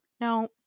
Now